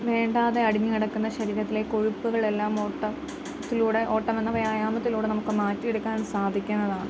വേണ്ടാതെ അടിഞ്ഞു കിടക്കുന്ന ശരീരത്തിലെ കൊഴുപ്പുകളെല്ലാം ഓട്ടത്തിലൂടെ ഓട്ടം എന്ന വ്യായാമത്തിലൂടെ നമുക്ക് മാറ്റിയെടുക്കാൻ സാധിക്കുന്നതാണ്